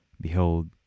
behold